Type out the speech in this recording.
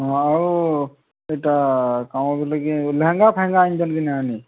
ହଁ ଆଉ ଇଟା କାଣା ବୋଲୁଥିଲି କି ଲେହେଙ୍ଗା ଫେହେଙ୍ଗା ଆନିଛନ୍ କି ନାଇ ଆନି